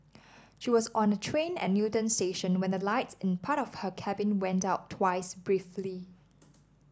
she was on a train at Newton station when the lights in part of her cabin went out twice briefly